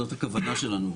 זאת הכוונה שלנו.